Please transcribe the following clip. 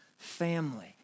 family